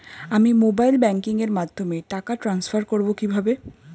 আমি mobile banking এর মাধ্যমে টাকা টান্সফার করব কিভাবে?